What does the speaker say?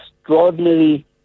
extraordinary